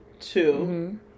two